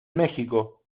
méxico